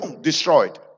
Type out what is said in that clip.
Destroyed